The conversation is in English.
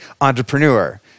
entrepreneur